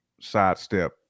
sidestep